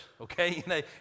okay